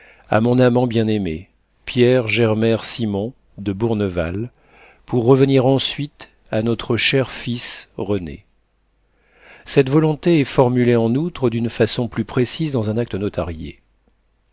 à mon amant bien-aimé pierre germer simon de bourneval pour revenir ensuite à notre cher fils rené cette volonté est formulée en outre d'une façon plus précise dans un acte notarié